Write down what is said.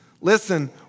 Listen